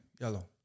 yellow